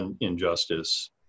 injustice